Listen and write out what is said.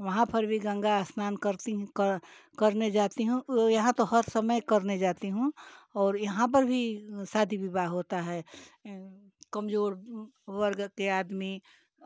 वहाँ पर भी गंगा स्नान करती कर करने जाती हूँ यहाँ तो हर समय करने जाती हूँ और यहाँ पर भी शादी विवाह होता है कमज़ोर वर्ग के आदमी